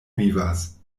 vivas